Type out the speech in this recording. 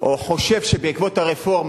או חושב שבעקבות הרפורמה,